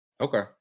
Okay